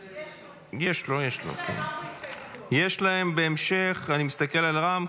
--- יש להם בהמשך, אני מסתכל על רע"מ.